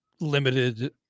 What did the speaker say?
Limited